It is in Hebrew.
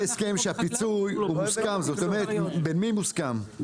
בהסכם שהפיצוי הוא מוסכם, זאת אומרת בין מי מוסכם?